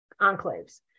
enclaves